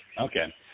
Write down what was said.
Okay